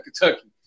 Kentucky